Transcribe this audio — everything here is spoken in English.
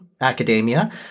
academia